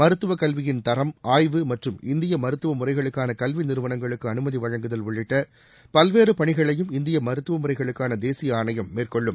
மருத்துவ கல்வியின் தரம் ஆய்வு மற்றும் இந்திய மருத்துவ முறைகளுக்கான கல்வி நிறுவனங்களுக்கு அனுமதி வழங்குதல் உள்ளிட்ட பல்வேறு பணிகளையும் இந்திய மருத்துவ முறைகளுக்கான தேசிய ஆணையம் மேற்கொள்ளும்